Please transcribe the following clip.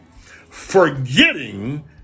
forgetting